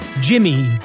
Jimmy